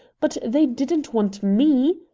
but they didn't want me!